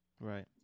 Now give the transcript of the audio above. Right